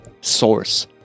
source